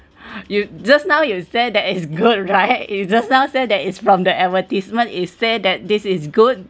you just now you said that is good right you just now say that is from the advertisement is say that this is good